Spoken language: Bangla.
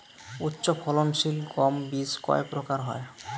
উচ্চ ফলন সিল গম বীজ কয় প্রকার হয়?